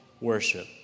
worship